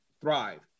thrive